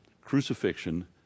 crucifixion